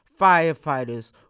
firefighters